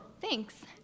Thanks